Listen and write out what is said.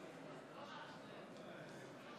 נגד,